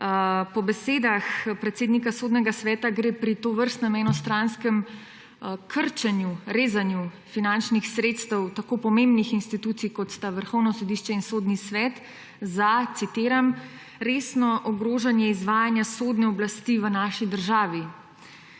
Po besedah predsednika Sodnega sveta gre pri tovrstnem enostranskem krčenju, rezanju finančnih sredstev tako pomembnih institucij, kot sta Vrhovno sodišče in Sodni svet, za, citiram: »Resno ogrožanje izvajanja sodne oblasti v naši državi.«